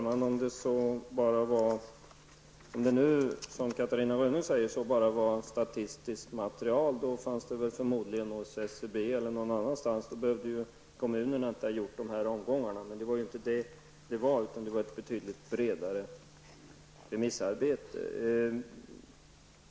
Herr talman! Om det som Catarina Rönnung sade bara gällde ett statistiskt material fanns det förmodligen hos SCB eller någon annanstans. Då var det ju inte nödvändigt med de här omgångarna för kommunerna. Men det rörde sig ju om ett betydligt bredare remissarbete.